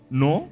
no